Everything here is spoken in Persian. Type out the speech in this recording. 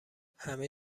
همه